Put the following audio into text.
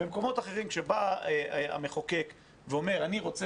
במקומות שבהם המחוקק בא ואומר שהוא רוצה